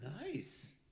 Nice